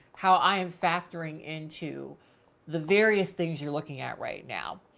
how i am factoring into the various things you're looking at right now.